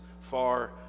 far